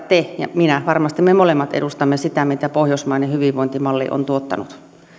te ja minä varmasti me molemmat edustamme sitä mitä pohjoismainen hyvinvointimalli on tuottanut